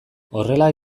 horrela